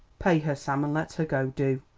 pay her, sam, and let her go, do!